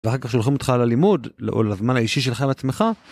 ואחר כך שולחים אותך ללימוד, או לזמן האישי שלך לעצמך.